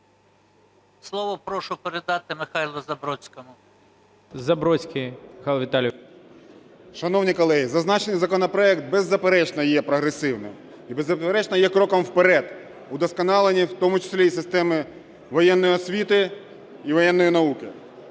Слово прошу передати Михайлу Забродському. ГОЛОВУЮЧИЙ. Забродський Михайло Віталійович. 14:30:53 ЗАБРОДСЬКИЙ М.В. Шановні колеги, зазначений законопроект, беззаперечно, є прогресивним і, беззаперечно, є кроком вперед у вдосконаленні в тому числі і системи воєнної освіти, і воєнної науки.